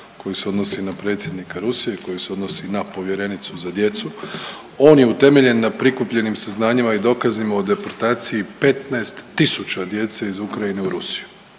koji se odnosi na predsjednika Rusije, koji se odnosi na povjerenicu za djecu on je utemeljen na prikupljenim saznanjima i dokazima o deportaciji 15000 djece iz Ukrajine u Rusiju.